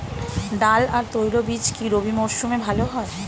ডাল আর তৈলবীজ কি রবি মরশুমে ভালো হয়?